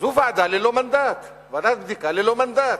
זו ועדת בדיקה ללא מנדט,